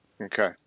Okay